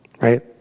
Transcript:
right